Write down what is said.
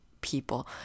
people